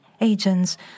Agents